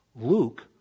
Luke